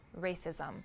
racism